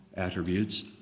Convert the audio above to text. attributes